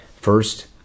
First